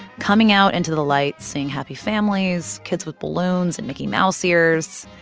coming out into the light, seeing happy families, kids with balloons and mickey mouse ears.